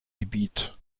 gebiet